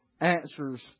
answers